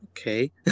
Okay